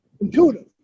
intuitive